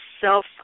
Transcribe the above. self